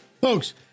folks